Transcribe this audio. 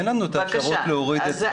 אין לנו את האפשרות להוריד צוותים,